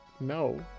No